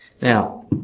Now